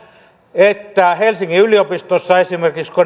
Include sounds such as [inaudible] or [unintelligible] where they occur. että esimerkiksi helsingin yliopistossa kun [unintelligible]